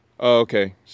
Okay